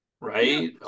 right